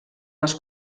les